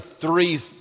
three